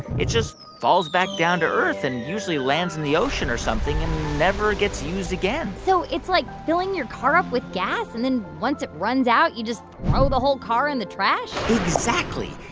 it just falls back down to earth and usually lands in the ocean or something and never gets used again so it's like filling your car up with gas, and then once it runs out, you just throw the whole car in the trash? exactly